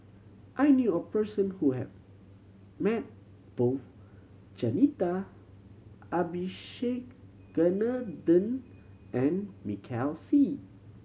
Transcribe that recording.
I knew a person who have met both Jacintha Abisheganaden and Michael Seet